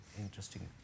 interesting